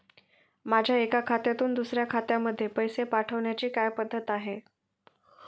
माझ्या एका खात्यातून दुसऱ्या खात्यामध्ये पैसे पाठवण्याची काय पद्धत आहे?